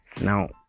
Now